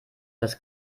das